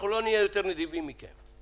אנחנו לא נהיה יותר נדיבים מכם.